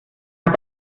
hab